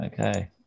Okay